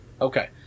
okay